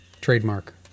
Trademark